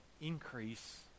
increase